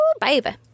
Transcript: baby